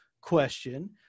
question